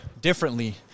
differently